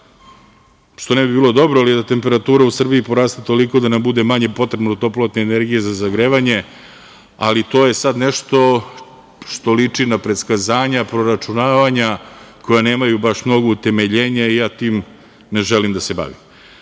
što ne bi bilo dobro, temperatura u Srbiji poraste toliko da nam bude manje potrebno toplotne energije za zagrevanje, ali to je sad nešto što liči na predskazanja, proračunavanja, koja nemaju baš mnogo utemeljenja i ja tim ne želim da se bavim.Za